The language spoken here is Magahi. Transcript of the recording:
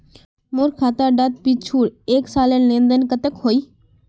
मोर खाता डात पिछुर एक सालेर लेन देन कतेक होइए?